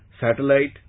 satellite